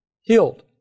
healed